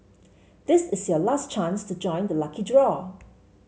this is your last chance to join the lucky draw